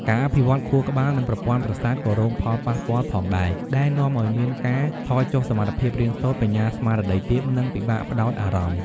ការអភិវឌ្ឍខួរក្បាល និងប្រព័ន្ធប្រសាទក៏រងផលប៉ះពាល់ផងដែរ ដែលនាំឱ្យមានការថយចុះសមត្ថភាពរៀនសូត្រ បញ្ញាស្មារតីទាប និងពិបាកផ្តោតអារម្មណ៍។